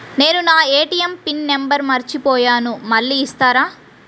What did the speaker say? నేను నా ATM PIN number మర్చిపోయాను మళ్ళీ ఇస్తారా?